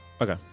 Okay